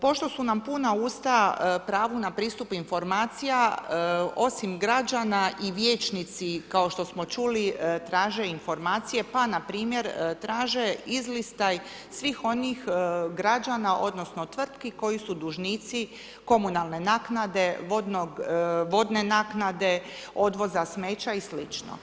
Pošto su nam puna usta pravu na pristupu informacija, osim građana i vijećnici kao što smo čuli traže informacije pa npr. traže izlistaj svih onih građana odnosno tvrtki koji su dužnici komunalne naknade, vodne naknade, odvoza smeća i slično.